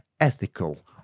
ethical